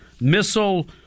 missile